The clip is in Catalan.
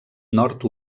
nord